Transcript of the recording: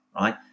right